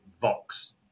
Vox